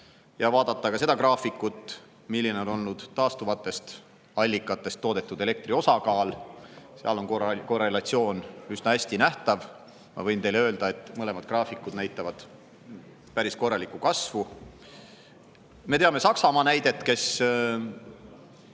ja vaadata ka seda graafikut, milline on olnud taastuvatest allikatest toodetud elektri osakaal. Seal on korralik korrelatsioon üsna hästi nähtav. Ma võin teile öelda, et mõlemad graafikud näitavad päris korralikku kasvu. Me teame Saksamaa näidet, kes